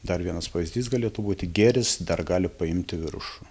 dar vienas pavyzdys galėtų būti gėris dar gali paimti viršų